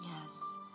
Yes